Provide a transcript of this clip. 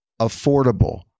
affordable